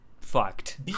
fucked